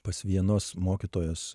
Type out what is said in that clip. pas vienos mokytojos